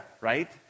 Right